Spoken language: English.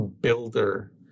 Builder